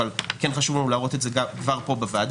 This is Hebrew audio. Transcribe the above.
אבל חשוב לנו להראות את זה כבר פה בוועדה.